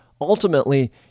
Ultimately